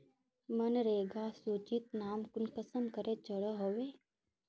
मनरेगा सूचित नाम कुंसम करे चढ़ो होबे?